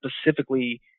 specifically